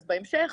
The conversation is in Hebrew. אז בהמשך,